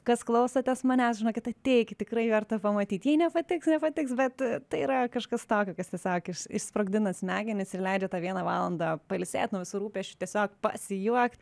kas klausotės manęs žinokit ateikit tikrai verta pamatyt jei nepatiks nepatiks bet tai yra kažkas tokio kas tiesiog iš išsprogdina smegenis ir leidžia tą vieną valandą pailsėt nuo visų rūpesčių tiesiog pasijuokt